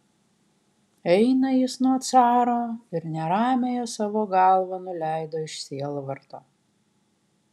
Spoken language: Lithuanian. eina jis nuo caro ir neramiąją savo galvą nuleido iš sielvarto